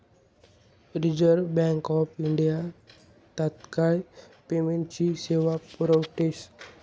reserve Bank of India तात्काय पेमेंटनी सेवा पुरावस